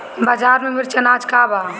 बाजार में मिर्च आज का बा?